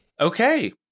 Okay